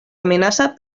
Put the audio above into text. amenaça